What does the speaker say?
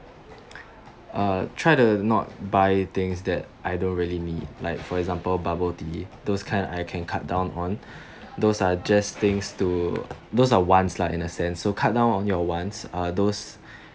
uh try to not buy things that I don't really need like for example bubble tea those kind I can cut down on those are just things to those are wants lah in a sense to cut down on your wants uh those